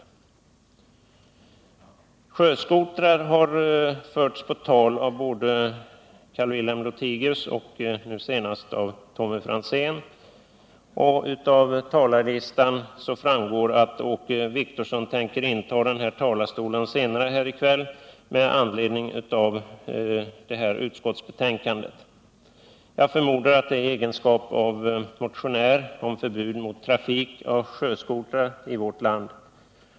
Frågan om sjöskotrar har förts på tal av både Carl-Wilhelm Lothigius och nu senast Tommy Franzén. Av talarlistan framgår att Åke Wictorsson ämnar inta denna talarstol senare i kväll med anledning av trafikutskottets betänkande nr 11. Jag förmodar att det är i egenskap av motionär. Åke Wictorsson har ju väckt en motion om förbud mot trafik med sjöskotrar i vårt land.